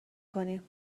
کنیم